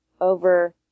over